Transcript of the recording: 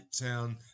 Town